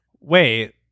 Wait